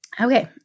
Okay